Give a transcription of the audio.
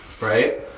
right